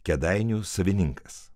kėdainių savininkas